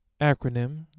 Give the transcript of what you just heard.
acronym